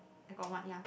I got one ya